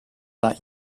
that